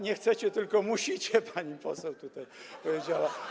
Nie chcecie, tylko musicie, pani poseł tutaj powiedziała.